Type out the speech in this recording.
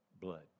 blood